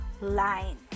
line